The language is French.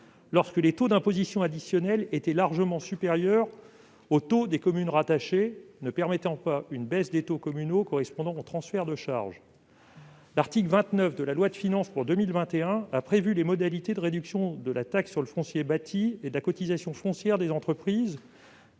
lorsque les taux d'imposition additionnels étaient largement supérieurs aux taux des communes rattachées, ne permettant pas une baisse des taux communaux correspondant au transfert de charges. L'article 29 de la loi de finances pour 2021 a prévu les modalités de réduction de la taxe sur le foncier bâti (FB) et de la cotisation foncière des entreprises